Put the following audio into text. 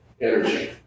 energy